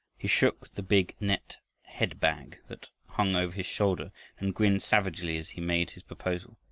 he shook the big net head-bag that hung over his shoulder and grinned savagely as he made his proposal.